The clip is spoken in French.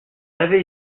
avait